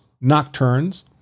nocturnes